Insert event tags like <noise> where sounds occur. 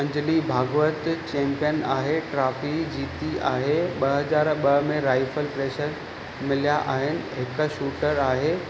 Anjali Bhagwat champion आहे trophy जीती आहे ॿ हज़ार ॿ में राईफल <unintelligible> मिलिया आहिनि हिकु शुटर आहे